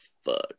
fuck